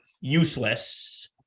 useless